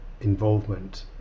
involvement